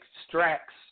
extracts